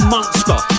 Monster